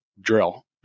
drill